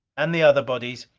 and the other bodies,